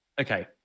okay